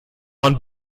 und